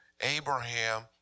Abraham